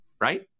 right